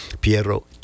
Piero